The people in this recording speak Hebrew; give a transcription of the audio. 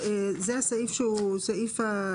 זה סעיף הדיווח.